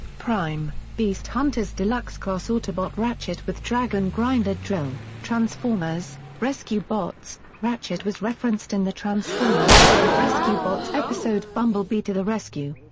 prime beast hunters deluxe class autobot ratchet w dragon grinder drill transformers rescue bots ratchet was referenced in the transformers rescue bots episode bumblebee to the rescue.